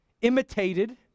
imitated